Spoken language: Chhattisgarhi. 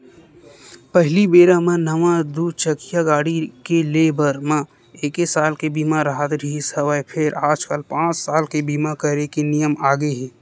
पहिली बेरा म नवा दू चकिया गाड़ी के ले बर म एके साल के बीमा राहत रिहिस हवय फेर आजकल पाँच साल के बीमा करे के नियम आगे हे